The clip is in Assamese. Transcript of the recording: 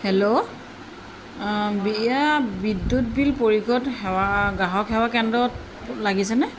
হেল্ল' এয়া বিদ্যুৎ বিল পৰিষদ সেৱা গ্ৰাহক সেৱা কেন্দ্ৰত লাগিছেনে